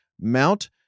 Mount